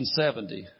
1970